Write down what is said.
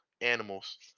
animals